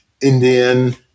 Indian